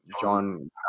John